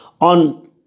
On